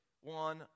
one